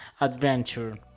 adventure